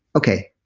okay,